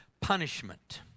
Punishment